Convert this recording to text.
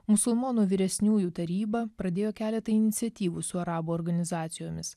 musulmonų vyresniųjų taryba pradėjo keletą iniciatyvų su arabų organizacijomis